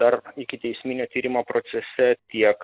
dar ikiteisminio tyrimo procese tiek